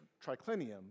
triclinium